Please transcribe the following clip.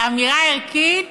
אמירה ערכית